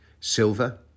silver